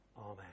Amen